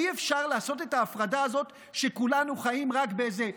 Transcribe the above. אי-אפשר לעשות את ההפרדה הזאת שכולנו חיים רק באיזה "קומביה",